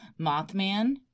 Mothman